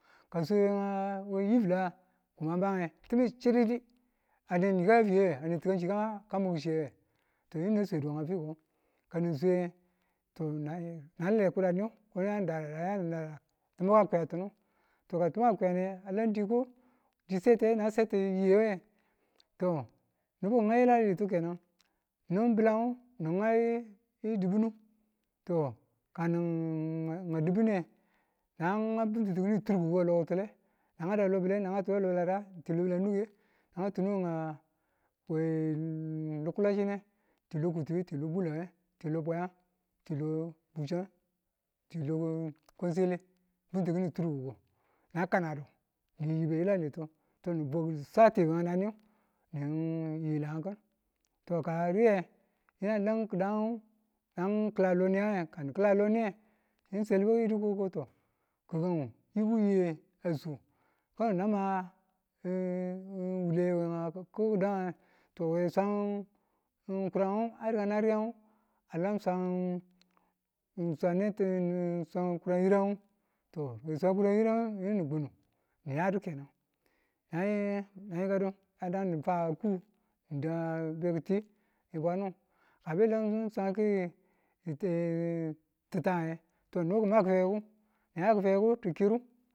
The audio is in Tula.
Kani swe we nga yifilange kuma a ma nge ti̱mi̱ chididi aneni ka yafiye we ane ti kachi ka miku shiyewe to yinu na swedu we a fiko kani swenge to na le kudaniyu ko yani da yani da ti̱mi̱ ki̱kuyatunu to ka ti̱mi̱ a kuyange alam dii ko di swete na chati yiye to nibu ki ngau yilaritu kenan ni̱n bi̱langu ngu ni ngau di̱bini to ka ni ngau di̱binu na to ka ni ngau dibine na ngau bi̱ntuttu turkubu be lo ki̱tule na nga da Lo bi̱le, na nga ti Lo bi̱lada, ng ti lo bi̱lanuke, na ngan ti̱nu we a lo kulashine ti lo kutube ti lo bulange ti lo bwayen ti lo bucham, ti lo kwansele bi̱nu ki̱ni turkubu na kanadu ni yibe yilaritu to nibwau ki̱sati we naniyu niyi yilann ki̱n to ka a riye yina a lam ki̱dan ngu na ki̱la loniye kani ki̱la loniye yinu selibu kayido ko to gi̱gangu yubu ye asu kano na ma wule we ki̱ku kidange to we swang kuran ngu a rigan a riyangu alan swang ni swan netin we swang kurang yirang to we swan kuran yiran yinu ni kunu nayidu kenan nayikadu yana fa ku ni̱ da bekiti we bwanua belan swang ngu ti̱ta to nibu ki̱ma ki̱fekiku dikiru